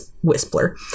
whistler